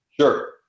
Sure